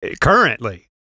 Currently